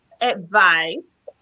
advice